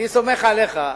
אני סומך עליך,